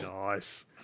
Nice